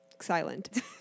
silent